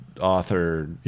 author